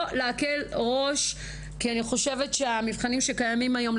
לא להקל ראש כי אני חושבת שהמבחנים שקיימים היום,